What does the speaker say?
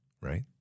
right